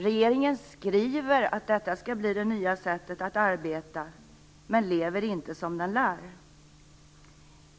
Regeringen skriver att detta skall bli det nya sättet att arbeta, men lever inte som den lär.